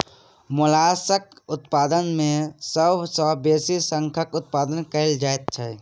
मोलास्कक उत्पादन मे सभ सॅ बेसी शंखक उत्पादन कएल जाइत छै